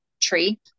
tree